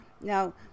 Now